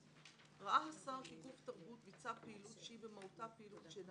(ב) ראה השר כי גוף תרבות ביצע פעילות שהיא במהותה פעילות שאינה